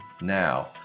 now